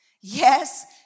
yes